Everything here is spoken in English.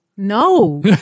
No